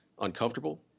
uncomfortable